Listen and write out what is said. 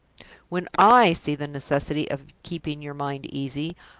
when i see the necessity of keeping your mind easy,